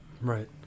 Right